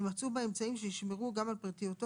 יימצאו בה אמצעים שישמרו גם על פרטיותו